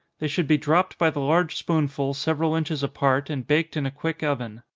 they should be dropped by the large spoonful several inches apart, and baked in a quick oven.